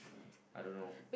I don't know